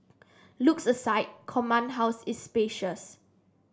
looks aside Command House is spacious